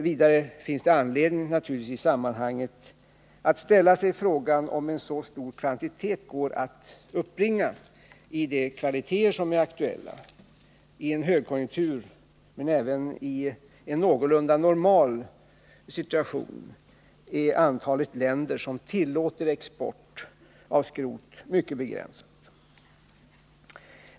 Vidare finns det naturligtvis anledning att i sammanhanget fråga sig om en så stor kvantitet går att uppbringa i de kvaliteter som är aktuella. Under en högkonjunktur och även i en någorlunda normal situation är antalet länder som tillåter export av skrot mycket begränsat.